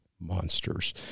monsters